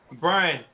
Brian